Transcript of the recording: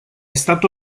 stato